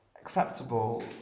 acceptable